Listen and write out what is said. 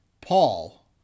Paul